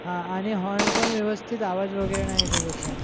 हा आणि हॉण पण व्यवस्थित आवाज वगैरे नाही येत होता सर